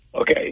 Okay